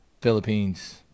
Philippines